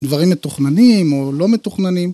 דברים מתוכננים או לא מתוכננים.